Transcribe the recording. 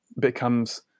becomes